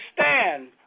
stand